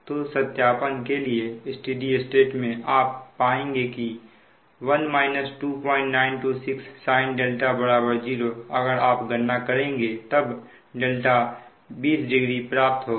तो सत्यापन के लिए स्टेडी स्टेट में आप पाएंगे कि 1 2926 sin 0 अगर आप गणना करेंगे तब δ 200 प्राप्त होगा